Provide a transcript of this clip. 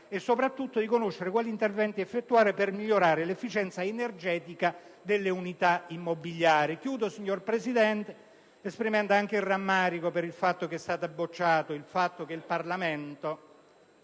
e, soprattutto, di conoscere quali interventi effettuare per migliorare l'efficienza energetica delle unità immobiliari.